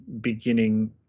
beginning